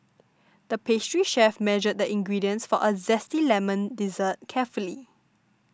the pastry chef measured the ingredients for a Zesty Lemon Dessert carefully